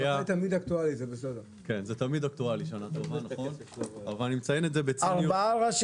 העובדה שרוב אזרחי ישראל הולכים ומצמצמים את השימוש בדואר,